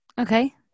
Okay